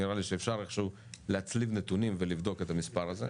נראה לי שאפשר איך שהוא להצליב נתונים ולבדוק את המספר הזה.